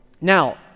Now